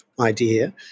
idea